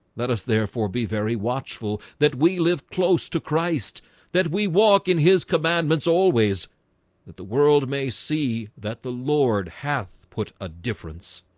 us therefore be very watchful that we live close to christ that we walk in his commandments always that the world may see that the lord hath put a difference